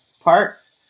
parts